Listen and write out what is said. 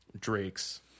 Drake's